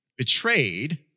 betrayed